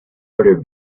other